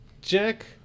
Jack